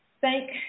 thank